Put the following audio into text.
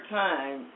time